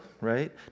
right